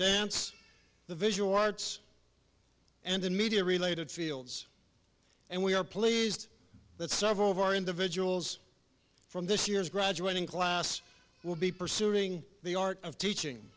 dance the visual arts and in media related fields and we are pleased that several of our individuals from this year's graduating class will be pursuing the art of teaching